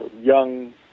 young